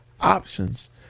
options